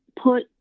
put